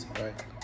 Right